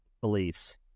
beliefs